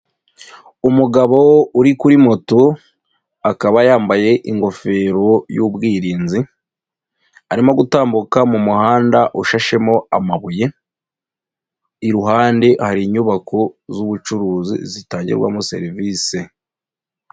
Umugabo uri kuri moto akaba yambaye ingofero y'ubwirinzi, arimo gutambuka mu muhanda ushashemo amabuye, iruhande hari inyubako z'ubucuruzi zitangirwamo serivisi.